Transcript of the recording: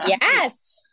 Yes